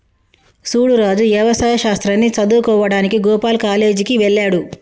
సూడు రాజు యవసాయ శాస్త్రాన్ని సదువువుకోడానికి గోపాల్ కాలేజ్ కి వెళ్త్లాడు